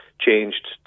changed